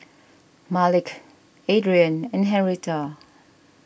Malik Adriene and Henretta